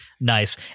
Nice